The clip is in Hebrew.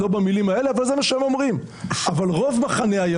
לא במילים האלה,